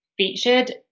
featured